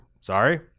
Sorry